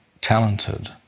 talented